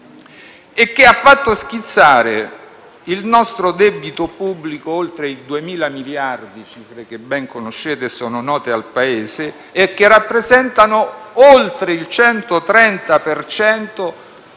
e ha fatto schizzare il nostro debito pubblico oltre i 2.000 miliardi, cifre che ben conoscete e che sono note al Paese, che rappresentano oltre il 130